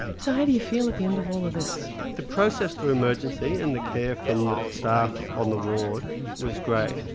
so how do you feel at the end of all of this? the process through emergency and the care from the staff on the ward was great.